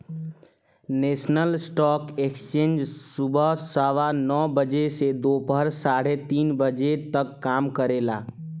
national stock exchange सुबह सवा नौ बजे से दोपहर साढ़े तीन बजे तक काम करेला